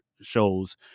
shows